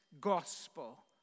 gospel